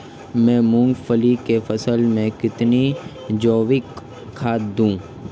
मैं मूंगफली की फसल में कितनी जैविक खाद दूं?